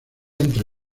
entre